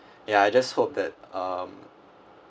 ya I just hope that um